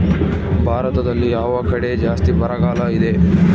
ಭಾರತದಲ್ಲಿ ಯಾವ ಕಡೆ ಜಾಸ್ತಿ ಬರಗಾಲ ಇದೆ?